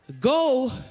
Go